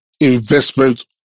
investment